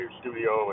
studio